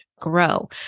grow